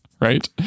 Right